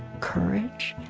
courage,